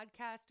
podcast